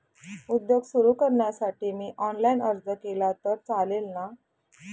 उद्योग सुरु करण्यासाठी मी ऑनलाईन अर्ज केला तर चालेल ना?